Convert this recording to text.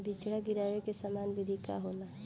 बिचड़ा गिरावे के सामान्य विधि का होला?